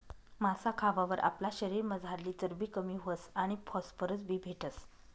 मासा खावावर आपला शरीरमझारली चरबी कमी व्हस आणि फॉस्फरस बी भेटस